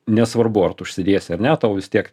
nesvarbu ar tu užsidėsi ar ne tau vis tiek